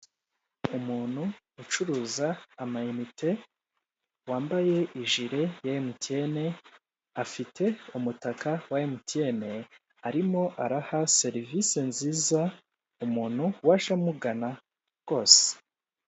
Umuntu ucuruza amanite wambaye ijure ye emutiyeni afite umutaka wa emutiyene arimo araha serivisi nziza umuntu waje amugana rwose.